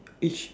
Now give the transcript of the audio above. each